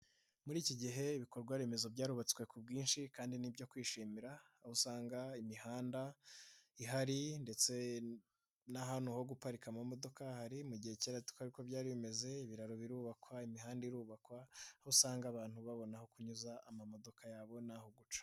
Muri iki gihe ibikorwa remezo byarubatswe ku bwinshi kandi n'ibyo kwishimira, aho usanga imihanda ihari ndetse n'ahantu ho guparika amamodoka hahari mu gihe kera twe atariko byari bimeze, ibiraro birubakwa, imihanda irubakwa, aho usanga abantu babona aho kunyuza amamodoka yabo n'aho guca.